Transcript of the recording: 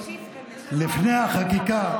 לפני החקיקה,